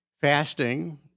fasting